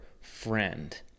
friend